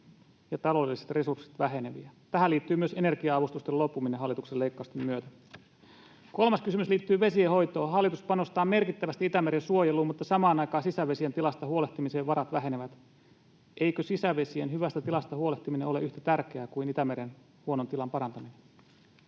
ja taloudelliset resurssit väheneviä? Tähän liittyy myös energia-avustusten loppuminen hallituksen leikkausten myötä. Kolmas kysymys liittyy vesienhoitoon. Hallitus panostaa merkittävästi Itämeren suojeluun, mutta samaan aikaan sisävesien tilasta huolehtimiseen varat vähenevät. Eikö sisävesien hyvästä tilasta huolehtiminen ole yhtä tärkeää kuin Itämeren huonon tilan parantaminen?